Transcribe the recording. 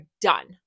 done